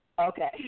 Okay